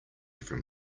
from